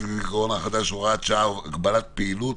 עם נגיף הקורונה החדש (הוראת שעה) (הגבלת פעילות